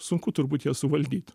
sunku turbūt ją suvaldyt